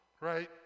Right